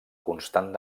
constant